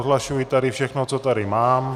Odhlašuji tady všechno, co tady mám.